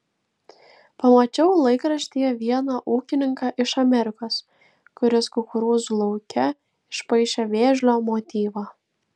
pamačiau laikraštyje vieną ūkininką iš amerikos kuris kukurūzų lauke išpaišė vėžlio motyvą